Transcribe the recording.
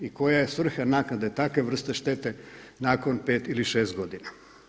I koja je svrha naknade takve vrste štete nakon 5 ili 6 godina?